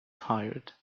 tired